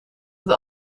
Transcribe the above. het